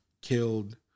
killed